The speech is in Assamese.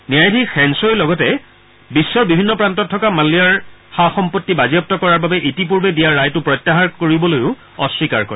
ন্যায়াধীশ হেনব্বই লগতে বিশ্বৰ বিভিন্ন প্ৰান্তত থকা মালিয়াৰ সা সম্পত্তি বাজেয়াপু কৰাৰ বাবে ইতিপূৰ্বে দিয়া ৰায়টো প্ৰত্যাহাৰ কৰিবলৈও অস্বীকাৰ কৰে